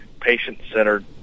patient-centered